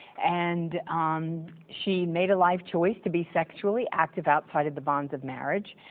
and um she made a life choice to be sexually active outside of the bonds of marriage.